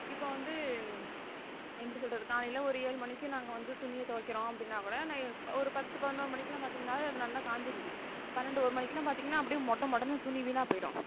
இப்போது வந்து எப்படி சொல்கிறது காலையில் ஒரு ஏழு மணிக்கு நாங்கள் வந்து துணியை துவைக்கிறோம் அப்படினா கூட ஒரு பத்து பதினொரு மணிக்கெல்லாம் பார்த்தீங்கனாலே அது நல்லா காஞ்சிடுது பன்னெண்டு ஒரு மணிக்கெல்லாம் பார்த்தீங்கன்னா அப்படியே மொட மொடனு துணி வீணாக போய்விடும்